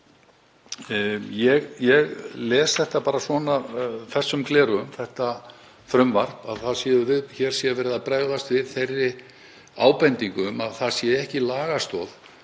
Ég les þetta bara með þessum gleraugum, þetta frumvarp, að hér sé verið að bregðast við þeirri ábendingu að það sé ekki lagastoð